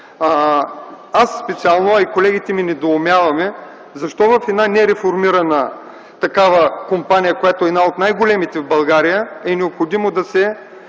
Аз специално, а и колегите ми недоумяваме защо за една нереформирана компания, която е една от най-големите в България, е необходимо да се